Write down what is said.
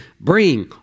bring